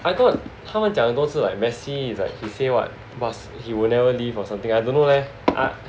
I thought 他们讲的很多次 like Messi is like he say what was he will never leave or something I don't know leh